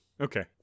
okay